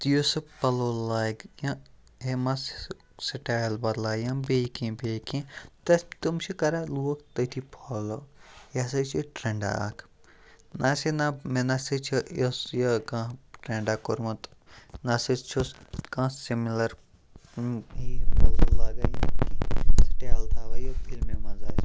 تہِ یُس سُہ پَلو لاگہِ یا مسَس سٕٹایل بَدلاوِ یا بیٚیہِ کینٛہہ بیٚیہِ کینٛہہ تٔتھۍ تم چھِ کَران لوٗکھ تٔتھی فالو یہِ ہَسا چھِ ٹرٛٮ۪نٛڈاہ اَکھ نا سے نا مےٚ نا سا چھِ یُس یہِ کانٛہہ ٹرٛٮ۪نٛڈاہ کوٚرمُت نا سہ چھُس کانٛہہ سِمِلَر کینٛہہ پَلو لاگان یا کیںٛہہ سٕٹایل تھاوان یُتھ فِلمہِ منٛز آسہِ